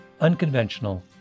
unconventional